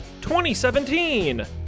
2017